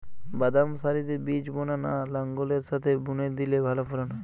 বাদাম সারিতে বীজ বোনা না লাঙ্গলের সাথে বুনে দিলে ভালো ফলন হয়?